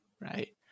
right